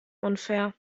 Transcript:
unfair